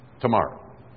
tomorrow